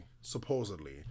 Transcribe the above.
supposedly